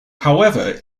however